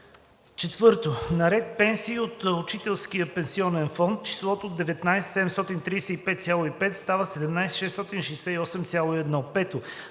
4. На ред „Пенсии от Учителския пенсионен фонд“ числото „19 735,5“ става „17 668,1“.